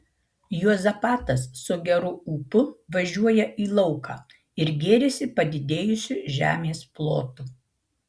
juozapatas su geru ūpu važiuoja į lauką ir gėrisi padidėjusiu žemės plotu